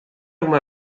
uma